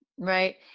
Right